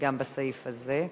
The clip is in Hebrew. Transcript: גם בסעיף הזה.